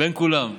בין כולם.